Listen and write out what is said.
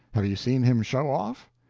have you seen him show off?